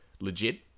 legit